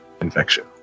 infection